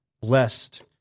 Blessed